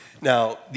Now